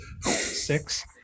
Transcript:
six